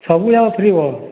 ସବୁଯାକ free ball